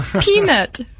Peanut